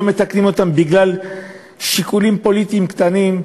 מתקנים אותם בגלל שיקולים פוליטיים קטנים,